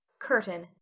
Curtain